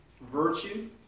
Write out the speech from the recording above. virtue